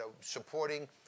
supporting